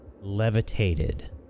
levitated